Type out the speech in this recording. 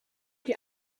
die